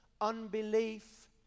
unbelief